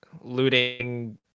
looting